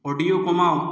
audio কমাও